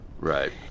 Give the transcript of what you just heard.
Right